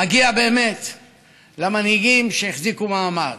מגיע באמת למנהיגים שהחזיקו מעמד,